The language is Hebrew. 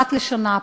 אחת לשנה,